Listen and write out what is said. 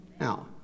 now